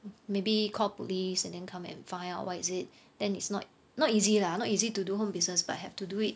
m~ maybe call police and then come and find out why is it then it's not not easy lah not easy to do home business but have to do it